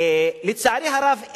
לצערי הרב,